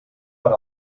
per